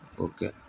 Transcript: okay